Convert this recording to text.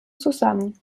zusammen